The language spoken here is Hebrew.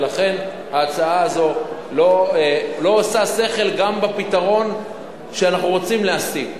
ולכן ההצעה הזאת לא עושה שכל גם בפתרון שאנחנו רוצים להשיג.